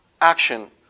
action